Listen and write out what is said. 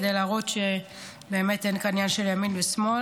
כדי להראות שבאמת אין כאן עניין של ימין ושמאל.